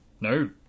no